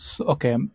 Okay